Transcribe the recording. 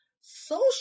social